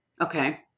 Okay